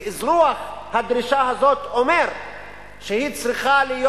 ואזרוח הדרישה הזאת אומר שהיא צריכה להיות